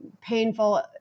painful